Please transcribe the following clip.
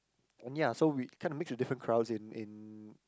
and ya so we kinda mix with different crowds in in